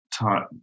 time